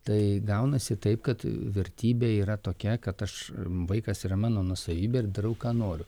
tai gaunasi taip kad vertybė yra tokia kad aš vaikas yra mano nuosavybė ir darau ką noriu